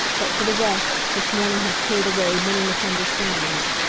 but for the rest, this morning has cleared away many misunderstandings.